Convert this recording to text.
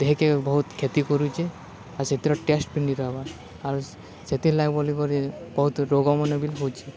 ଦେହକେ ବହୁତ କ୍ଷତି କରୁଛେ ଆର୍ ସେଥିର ଟେଷ୍ଟ ବି ନି ରହବାର୍ ଆର୍ ସେଥିର୍ ଲାଗି ବୋଲିକରି ବହୁତ ରୋଗମାନେ ବି ହେଉଛେ